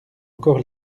encore